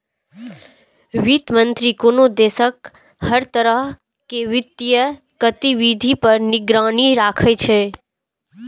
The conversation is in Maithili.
वित्त मंत्री कोनो देशक हर तरह के वित्तीय गतिविधि पर निगरानी राखै छै